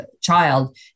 child